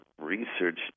research